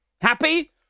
Happy